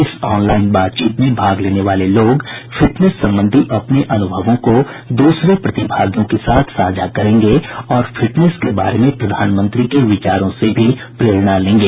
इस ऑनलाइन बातचीत में भाग लेने वाले लोग फिटनेस संबंधी अपने अनुभवों को दूसरे प्रतिभागियों के साथ साझा करेंगे और फिटनेस के बारे में प्रधानमंत्री के विचारों से भी प्रेरणा लेंगे